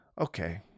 okay